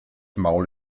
maul